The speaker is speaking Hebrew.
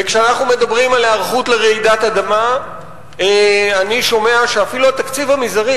וכשאנחנו מדברים על היערכות לרעידת אדמה אני שומע שאפילו התקציב המזערי,